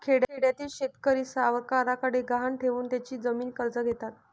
खेड्यातील शेतकरी सावकारांकडे गहाण ठेवून त्यांची जमीन कर्ज घेतात